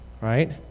right